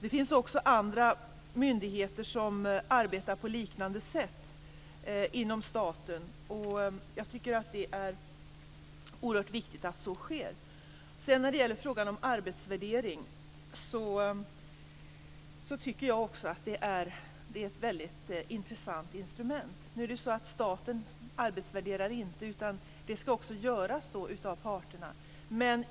Det finns också andra myndigheter som arbetar på liknande sätt inom staten. Jag tycker att det är oerhört viktigt att så sker. Också jag tycker att arbetsvärdering är ett väldigt intressant instrument. Men det är inte staten utan parterna som skall göra en arbetsvärdering.